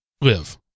live